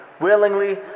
willingly